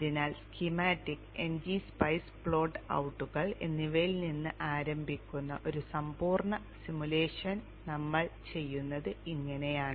അതിനാൽ schematics ng SPICE plot ഔട്ടുകൾ എന്നിവയിൽ നിന്ന് ആരംഭിക്കുന്ന ഒരു സമ്പൂർണ്ണ സിമുലേഷൻ ഞങ്ങൾ ചെയ്യുന്നത് ഇങ്ങനെയാണ്